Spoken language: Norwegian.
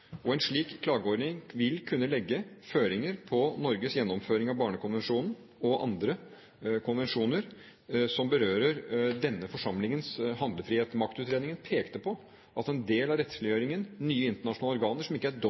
virkemidler. En slik klageordning vil kunne legge føringer for Norges gjennomføring av Barnekonvensjonen og andre konvensjoner som berører denne forsamlingens handlefrihet. Maktutredningen pekte på at en del av rettsliggjøringen, nye internasjonale organer som ikke er